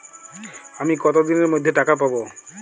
আমি কতদিনের মধ্যে টাকা পাবো?